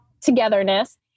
togetherness